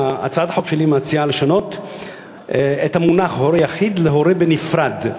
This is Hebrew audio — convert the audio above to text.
הצעת החוק שלי מציעה לשנות את המונח "הורה יחיד" ל"הורה בנפרד".